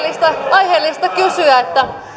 aiheellista kysyä